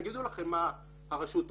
הם יגידו לכם מה הרשות עושה.